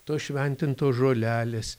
tos šventintos žolelės